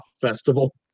festival